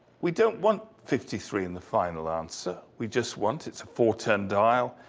we don't want fifty three in the final answer. we just want, it's a four turn dial.